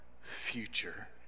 future